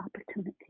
opportunity